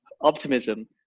optimism